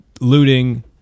looting